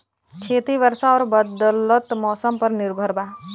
खेती वर्षा और बदलत मौसम पर निर्भर बा